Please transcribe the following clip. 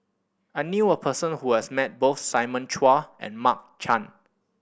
I knew a person who has met both Simon Chua and Mark Chan